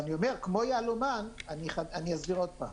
קודם כל אני מתנצל שלא יכולתי להשתתף בישיבה הזו כי אני לא בארץ.